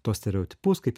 tuos stereotipus kaip